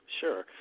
Sure